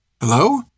Hello